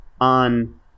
on